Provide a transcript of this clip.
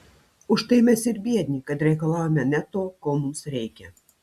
už tai mes ir biedni kad reikalaujame ne to ko mums reikia